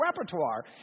repertoire